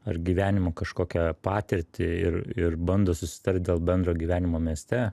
ar gyvenimo kažkokią patirtį ir ir bando susitart dėl bendro gyvenimo mieste